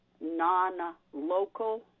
non-local